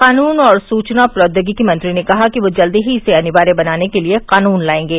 कानून और सूचना प्रौद्योगिकी मंत्री ने कहा कि वे जल्द ही इसे अनिवार्य बनाने के लिए कानून लाएंगे